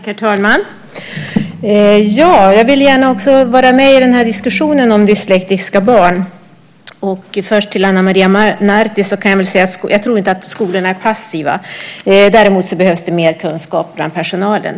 Herr talman! Jag ville också gärna vara med i den här diskussionen om dyslektiska barn. Först kan jag väl säga till Ana Maria Narti att jag inte tror att skolorna är passiva. Däremot behövs det mer kunskap bland personalen.